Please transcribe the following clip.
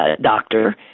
doctor